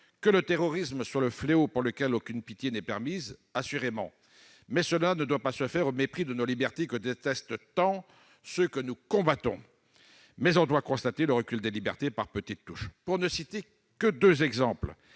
Que le terrorisme soit le fléau de l'époque pour lequel aucune pitié n'est permise, assurément. Mais cela ne doit pas se faire au mépris de nos libertés que détestent tant ceux que nous combattons. Force est néanmoins de constater que le recul des libertés se fait par petites touches. Pour ne citer que deux exemples,